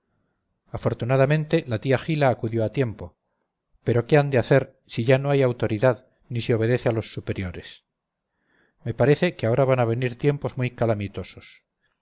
afortunadamente la tía gila acudió a tiempo pero qué han de hacer si ya no hay autoridad ni se obedece a los superiores me parece que ahora van a venir tiempos muy calamitosos